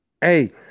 Hey